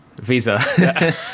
Visa